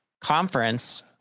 conference